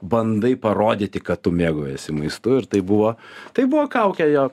bandai parodyti kad tu mėgaujiesi maistu ir tai buvo tai buvo kaukė jo